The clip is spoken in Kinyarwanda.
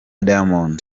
diamond